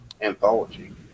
anthology